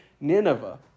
Nineveh